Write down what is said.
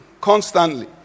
constantly